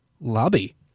lobby